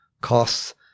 costs